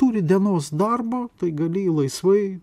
turi dienos darbą tai gali laisvai